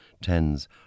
tens